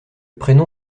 prénom